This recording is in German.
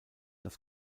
das